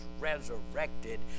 resurrected